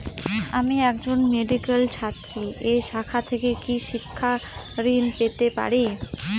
আমি একজন মেডিক্যাল ছাত্রী এই শাখা থেকে কি শিক্ষাঋণ পেতে পারি?